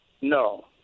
No